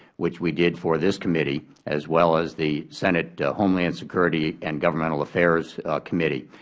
which we did for this committee as well as the senate homeland security and governmental affairs committee,